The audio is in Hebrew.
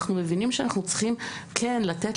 אנחנו מבינים שאנחנו צריכים כן לתת